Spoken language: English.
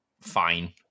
fine